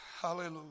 hallelujah